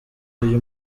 uyu